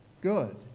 good